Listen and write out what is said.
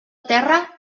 terra